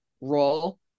role